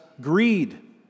greed